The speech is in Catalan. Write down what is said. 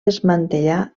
desmantellar